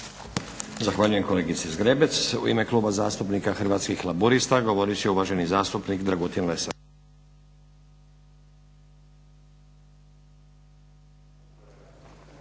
Zahvaljujem kolegici Zgrebec. U ime Kluba zastupnika Hrvatskih laburista govorit će uvaženi zastupnik Dragutin Lesar.